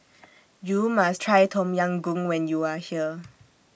YOU must Try Tom Yam Goong when YOU Are here